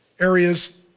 areas